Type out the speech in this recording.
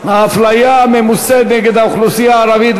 האפליה הממוסדת נגד האוכלוסייה הערבית,